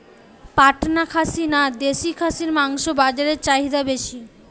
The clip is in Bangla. পাটনা খাসি না দেশী খাসির মাংস বাজারে চাহিদা বেশি?